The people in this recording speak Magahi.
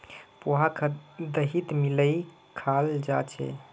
पोहाक दहीत मिलइ खाल जा छेक